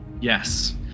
Yes